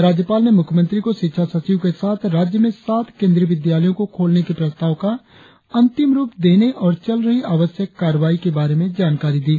राज्यपाल ने मुख्यमंत्री को शिक्षा सचिव के साथ राज्य में सात केंद्रीय विद्यालयों को खोलने के प्रस्ताव का अंतिम रुप देने और चल रही आवश्यक कार्रवाई के बारे में जानकारी दी